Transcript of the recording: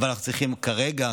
אבל אנחנו צריכים כרגע,